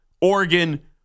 Oregon